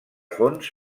fons